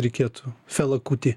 reikėtų felakuti